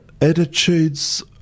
attitudes